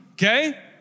Okay